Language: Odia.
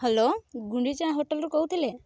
ହ୍ୟାଲୋ ଗୁଣ୍ଡିଚା ହୋଟେଲରୁ କହୁଥିଲେ